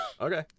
Okay